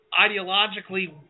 ideologically